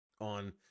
on